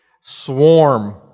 swarm